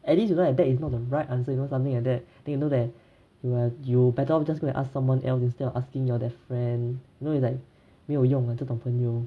at least you know that that is not the right answer you know something like that then you know that you are you better off just go and ask someone else instead of asking your that friend you know it's like 没有用的这种朋友